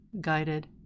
guided